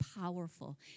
powerful